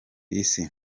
isi